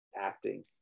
acting